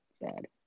bad